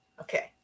Okay